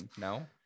No